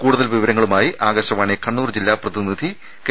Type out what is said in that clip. കൂടുതൽ വിവരങ്ങളുമായി ആകാശവാണി കണ്ണൂർ ജില്ലാ പ്രതിനിധി കെ